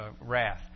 wrath